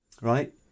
right